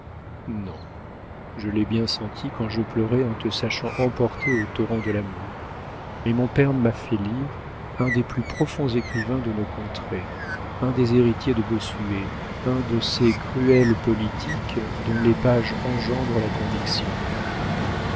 non je l'ai bien senti quand je pleurais en te sachant emportée au torrent de l'amour mais mon père m'a fait lire un des plus profonds écrivains de nos contrées un des héritiers de bossuet un de ces cruels politiques dont les pages engendrent la